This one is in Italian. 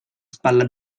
spalla